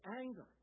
anger